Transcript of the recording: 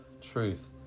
truth